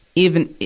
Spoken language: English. even, it,